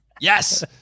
Yes